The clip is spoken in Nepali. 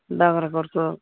बाग्राकोटको